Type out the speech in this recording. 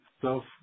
self